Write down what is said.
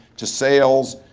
to sales,